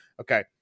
Okay